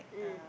mm